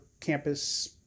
campus